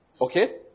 Okay